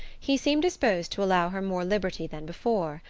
he seemed disposed to allow her more liberty than before,